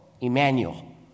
Emmanuel